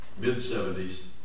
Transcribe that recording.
mid-70s